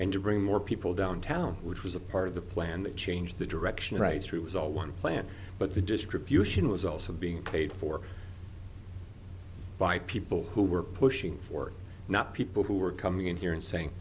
and to bring more people downtown which was a part of the plan that changed the direction right through is all one plan but the distribution was also being paid for by people who were pushing for not people who were coming in here and saying